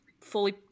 fully